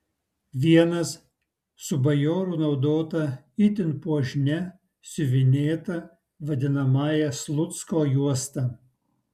vienas su bajorų naudota itin puošnia siuvinėta vadinamąja slucko juosta